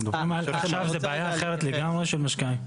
אנחנו מדברים על בעיה אחרת לגמרי של משקיעים.